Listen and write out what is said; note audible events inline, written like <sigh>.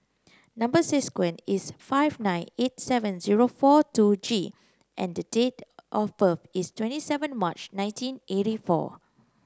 number <unintelligible> is T five nine eight seven zero four two G and the date of birth is twenty seven March nineteen eighty four